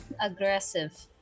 aggressive